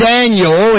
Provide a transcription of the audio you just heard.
Daniel